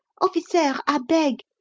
officair, i beg,